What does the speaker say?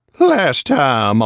last time,